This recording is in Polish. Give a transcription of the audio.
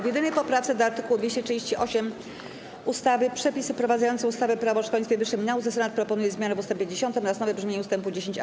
W jedynej poprawce, do art. 238 ustawy - Przepisy wprowadzające ustawę - Prawo o szkolnictwie wyższym i nauce, Senat proponuje zmianę w ust. 10 oraz nowe brzmienie ust. 10a.